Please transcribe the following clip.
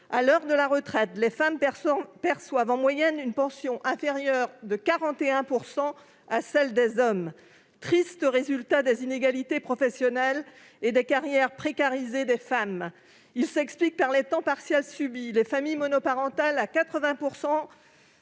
À l'heure de la retraite, les femmes perçoivent en moyenne une pension inférieure de 41 % à celle des hommes. Tel est le triste résultat des inégalités professionnelles et des carrières précarisées des femmes. Celui-ci s'explique par les temps partiels subis, par le fait que 80